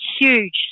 Huge